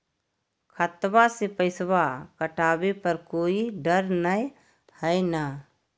खतबा से पैसबा कटाबे पर कोइ डर नय हय ना?